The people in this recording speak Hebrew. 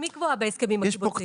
גם היא קבועה בהסכמים הקיבוציים.